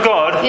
God